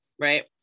right